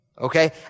Okay